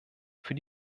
für